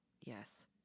Yes